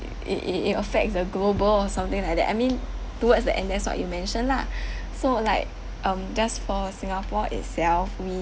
it it it affects the global or something like that I mean towards the end that's what you mentioned lah so like um does for singapore itself we